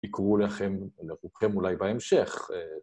‫יקראו לכם, לרובכם אולי בהמשך.